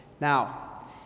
Now